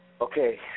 okay